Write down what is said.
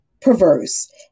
perverse